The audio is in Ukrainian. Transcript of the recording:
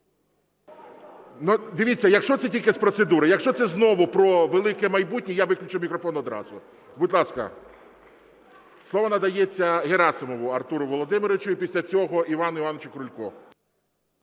Дивіться, якщо це тільки з процедури. Якщо це знову про велике майбутнє, я виключу мікрофон одразу. Будь ласка, слово надається Герасимову Артуру Володимировичу. І після цього Івану Івановичу Крульку.